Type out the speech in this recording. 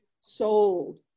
sold